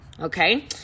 Okay